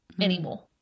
anymore